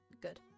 Good